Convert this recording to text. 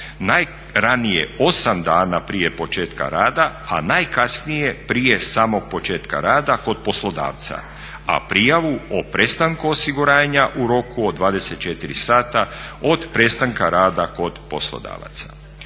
najranije 8 dana prije početka rada, a najkasnije prije samog početka rada kod poslodavca, a prijavu o prestanku osiguranja u roku od 24 sata od prestanka rada kod poslodavaca.